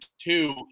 two